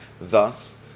thus